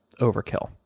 overkill